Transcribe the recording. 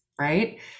right